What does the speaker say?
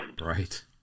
Right